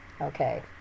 Okay